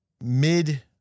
mid